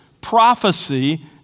Prophecy